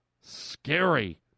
Scary